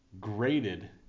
graded